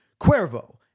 Cuervo